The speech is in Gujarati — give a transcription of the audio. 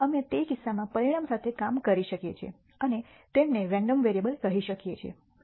અમે તે કિસ્સામાં પરિણામ સાથે કામ કરી શકીએ છીએ અને તેમને રેન્ડમ વેરીએબ્લસ કહી શકીએ છીએ